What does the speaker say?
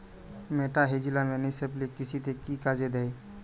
মেটাহিজিয়াম anisopliae কৃষিতে কি কাজে দেয়?